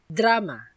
drama